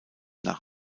nach